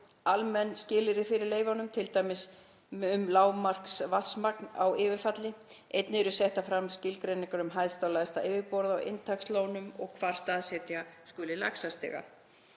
almenn skilyrði fyrir leyfunum, t.d. um lágmarksvatnsmagn á yfirfalli. Einnig eru settar fram skilgreiningar um hæsta og lægsta yfirborð á inntakslónum og hvar staðsetja skuli laxastiga.